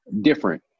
different